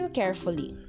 carefully